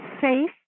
safe